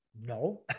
no